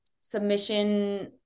submission